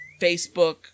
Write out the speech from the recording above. Facebook